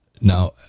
Now